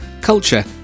culture